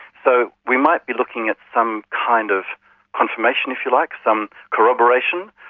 so, we might be looking at some kind of confirmation, if you like. some corroboration,